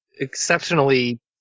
exceptionally